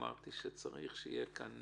אמרתי שצריך שתהיה כאן